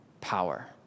power